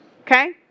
Okay